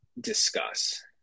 discuss